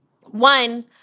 One